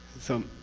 so,